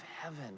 heaven